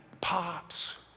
pops